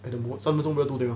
and the most 三分钟热度对吗